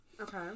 Okay